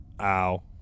Ow